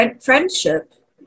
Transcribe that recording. Friendship